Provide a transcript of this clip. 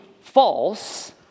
false